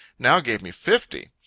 now gave me fifty.